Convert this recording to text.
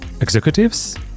executives